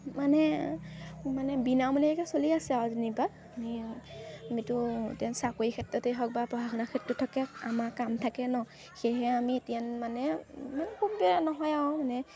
মানে মানে বিনামূলীয়াকৈ চলি আছে আৰু যেনিবা আমি আমিতো এতিয়া চাকৰিৰ ক্ষেত্ৰতেই হওক বা পঢ়া শুনাৰ ক্ষেত্ৰত থাকে আমাৰ কাম থাকে ন' সেয়েহে আমি এতিয়া মানে মানে খুব বেয়া নহয় আৰু মানে